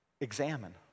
examine